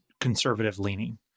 conservative-leaning